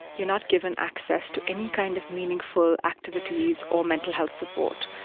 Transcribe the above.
you're not given access to any kind of meaningful activities or mental health support.